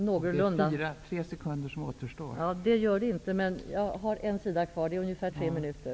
Fru talman! Det gör det inte. Men jag har en sida av mitt förberedda inlägg kvar. Det tar ungefär tre minuter.